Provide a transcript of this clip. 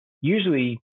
usually